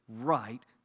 right